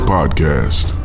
Podcast